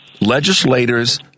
Legislators